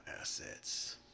assets